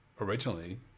originally